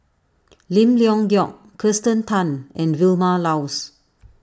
Lim Leong Geok Kirsten Tan and Vilma Laus